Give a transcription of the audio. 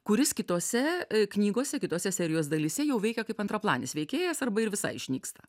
kuris kitose knygose kitose serijos dalyse jau veikia kaip antraplanis veikėjas arba ir visai išnyksta